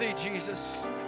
Jesus